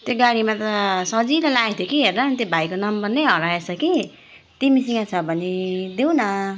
त्यो गाडीमा त सजिलो लागेको थियो कि हेर न त्यो भाइको नम्बर नै हराएछ कि तिमीसँग छ भने देऊ न